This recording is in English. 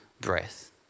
breath